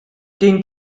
den